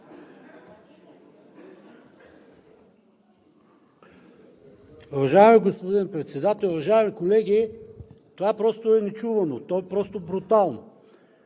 Уважаеми господин Председател, уважаеми колеги! Това просто е нечувано, то е просто брутално!